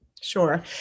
Sure